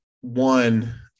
one